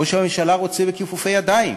ראש הממשלה רוצה בכיפופי ידיים.